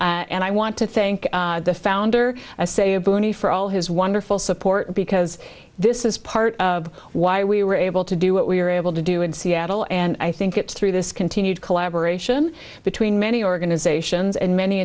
and i want to thank the founder of say a bunny for all his wonderful support because this is part of why we were able to do what we were able to do in seattle and i think it's through this continued collaboration between many organizations and many